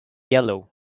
yellow